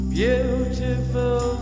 beautiful